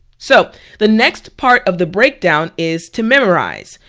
so the next part of the breakdown is to memorize.